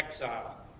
exile